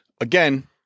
Again—